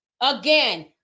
Again